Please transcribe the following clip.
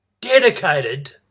dedicated